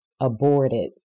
aborted